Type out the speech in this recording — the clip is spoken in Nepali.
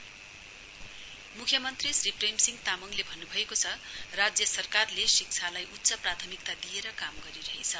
सीएम मुख्यमन्त्री श्री प्रेम सिंह तामाङले भन्नुभएको छ राज्य सरकारले शिक्षालाई उच्च प्राथमिकता दिएर काम गरिरहेछ